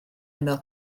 ymyl